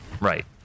Right